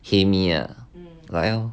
hae mee ah 来咯